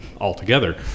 altogether